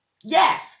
Yes